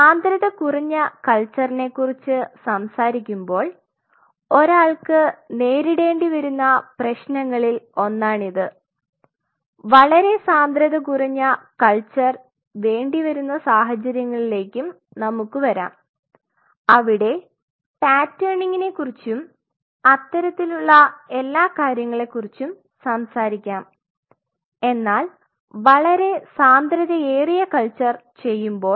സാന്ദ്രത കുറഞ്ഞ കൾച്ചർനെ കുറിച്ച് സംസാരിക്കുമ്പോൾ ഒരാൾക്ക് നേരിടേണ്ടിവരുന്ന പ്രശ്നങ്ങളിൽ ഒന്നാണിത് വളരെ സാന്ദ്രത കുറഞ്ഞ കൾച്ചർ വേണ്ടിവരുന്ന സാഹചര്യങ്ങളിലേക്കും നമുക്ക് വരാം അവിടെ പാറ്റേണിംഗിനെ ക്കുറിച്ചും അത്തരത്തിലുള്ള എല്ലാ കാര്യങ്ങളെ കുറിച്ചും സംസാരിക്കാം എന്നാൽ വളരെ സാന്ദ്രതയേറിയ കൾച്ചർ ചെയ്യുമ്പോൾ